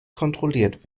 kontrolliert